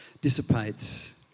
dissipates